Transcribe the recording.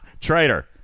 traitor